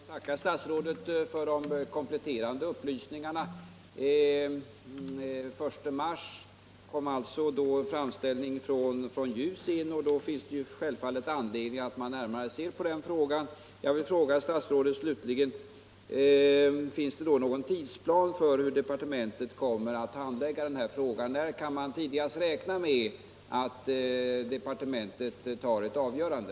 Herr talman! Jag ber att få tacka statsrådet för de kompletterande upplysningarna. Den 1 mars kom alltså en framställning från JUS, och det finns självfallet anledning att närmare se på denna. Jag vill fråga statsrådet: Finns det någon tidsplan för hur departementet kommer att handlägga den här saken? När kan man tidigast räkna med att departementet tar ett avgörande?